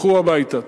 לכו הביתה.